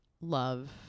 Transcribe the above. love